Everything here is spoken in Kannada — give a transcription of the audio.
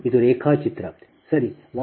ಆದ್ದರಿಂದ ಇದು ರೇಖಾಚಿತ್ರ ಸರಿ